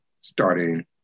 starting